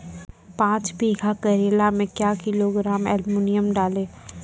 पाँच बीघा करेला मे क्या किलोग्राम एलमुनियम डालें?